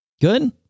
Good